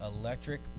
electric